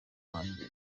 wanjye